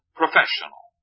professional